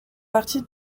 partie